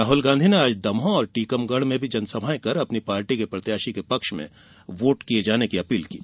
राहुल गांधी ने आज दमोह और टीकमगढ़ में भी जनसभायें कर अपनी पार्टी के प्रत्याशी के पक्ष में वोट किये जाने की अपील की है